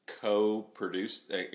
co-produced